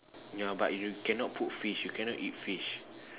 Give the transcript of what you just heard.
ya but you cannot put fish you cannot eat fish